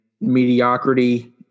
mediocrity